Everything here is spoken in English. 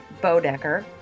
Bodecker